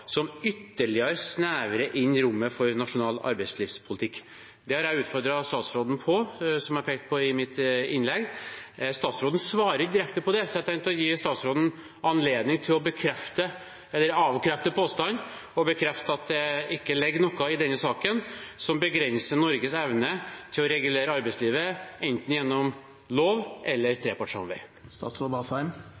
som ytterligere snevrer inn rommet for nasjonal arbeidslivspolitikk.» Det har jeg utfordret statsråden på, som jeg pekte på i mitt innlegg. Statsråden svarte ikke direkte på det, så jeg tenkte å gi statsråden anledning til å bekrefte eller avkrefte påstanden – og bekrefte at det ikke ligger noe i denne saken som begrenser Norges evne til å regulere arbeidslivet gjennom enten lov eller